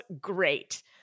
great